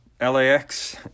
LAX